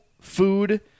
food